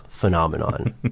phenomenon